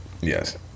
Yes